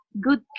good